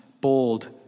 bold